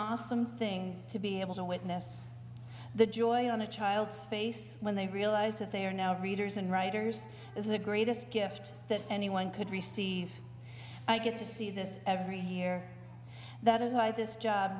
awesome thing to be able to witness the joy on a child's face when they realize that they are now readers and writers is the greatest gift that anyone could receive i get to see this every year that is why this job